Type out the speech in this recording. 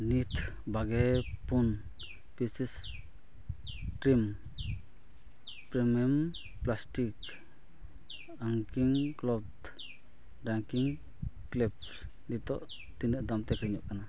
ᱱᱤᱛ ᱵᱟᱜᱮ ᱯᱩᱱ pieces T R M premium plastic ᱦᱮᱝᱤᱝ ᱠᱞᱚᱛᱷ ᱰᱨᱟᱭᱤᱝ ᱠᱞᱤᱯᱥ ᱱᱤᱛᱳᱜ ᱛᱤᱱᱟᱹᱜ ᱫᱟᱢᱛᱮ ᱟᱠᱷᱨᱤᱧᱚᱜ ᱠᱟᱱᱟ